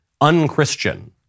unchristian